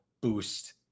boost